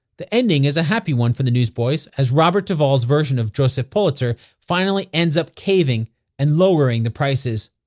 the ending is a happy one for the newsboys as robert duvall's version of joseph pulitzer finally ends up caving and lowering the prices.